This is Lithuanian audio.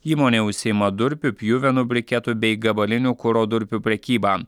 įmonė užsiima durpių pjuvenų briketų bei gabalinių kuro durpių prekybą